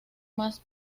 más